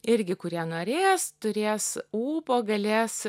irgi kurie norės turės ūpo galės